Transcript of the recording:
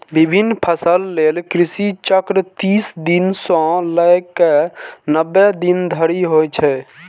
विभिन्न फसल लेल कृषि चक्र तीस दिन सं लए कए नब्बे दिन धरि होइ छै